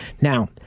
Now